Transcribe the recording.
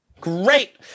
great